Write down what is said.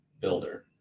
builder